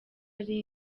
ari